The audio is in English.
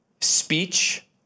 speech